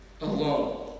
alone